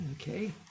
Okay